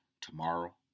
tomorrow